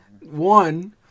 one